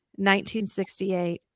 1968